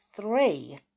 three